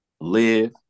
live